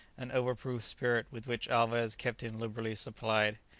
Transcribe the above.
and over-proof spirit with which alvez kept him liberally supplied.